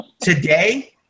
Today